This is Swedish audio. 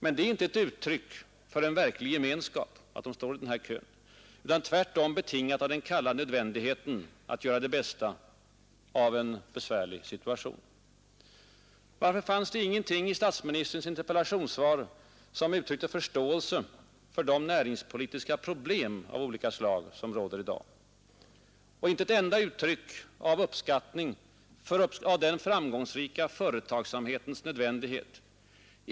Men det är inte ett uttryck för en verklig gemenskap att de står i den här kön, utan det är tvärtom betingat av den kalla nödvändigheten att göra det bästa av en besvärlig situation. Varför fanns det ingenting i herr Palmes interpellationssvar som uttryckte förståelse för de näringspolitiska problem av olika slag som råder i dag? Inte ett enda uttryck av uppskattning av den framgångsrika företagsamhetens nödvändighet.